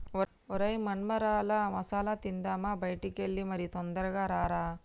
ఒరై మొన్మరాల మసాల తిందామా బయటికి ఎల్లి మరి తొందరగా రారా